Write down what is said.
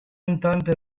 entente